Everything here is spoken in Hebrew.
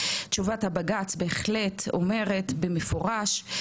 תשובת הבג"צ בהחלט אומרת במפורש,